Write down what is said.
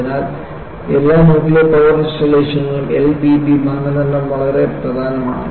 അതിനാൽ എല്ലാ nuclear power ഇൻസ്റ്റാളേഷനുകളിലും L B B മാനദണ്ഡം വളരെ പ്രധാനമാണ്